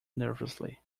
nervously